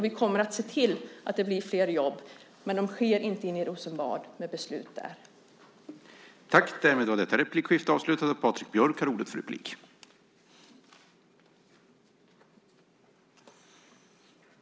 Vi kommer att se till att jobben blir flera, men de skapas inte genom beslut i Rosenbad.